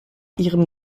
ihrem